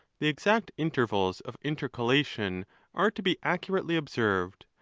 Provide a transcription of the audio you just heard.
the exact intervals of intercalation are to be accurately observed,